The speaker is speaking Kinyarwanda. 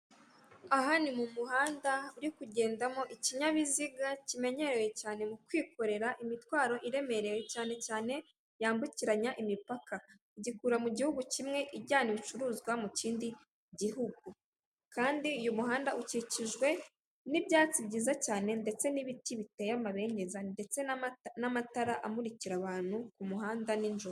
Aha ni mu muhanda uri kugendamo ikinyabiziga kimenyerewe cyane mu kwikorera imitwaro iremereye cyane cyane yambukiranya imipaka, gikura mu gihugu kimwe ijyana ibicuruzwa mu kindi gihugu, kandi uyu muhanda ukikijwe n'ibyatsi byiza cyane ndetse n'ibiti biteye amabengeza ndetse n'amatara amurikira abantu ku muhanda nijoro.